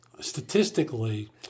statistically